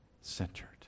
centered